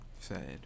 Sad